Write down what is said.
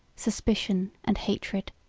suspicion, and hatred.